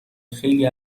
خیلی